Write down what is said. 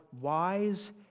wise